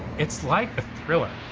it's like a thriller.